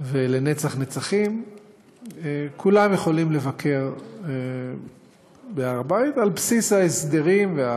ולנצח נצחים כולם יכולים לבקר בהר הבית על בסיס ההסדרים.